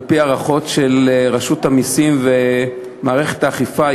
על-פי הערכות של רשות המסים ומערכת האכיפה,